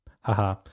Haha